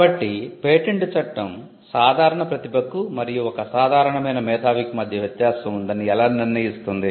కాబట్టి పేటెంట్ చట్టం సాధారణ ప్రతిభకు మరియు ఒక అసాధారణమైన మేధావికి మధ్య వ్యత్యాసం ఉందని ఎలా నిర్ణయిస్తుంది